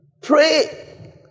Pray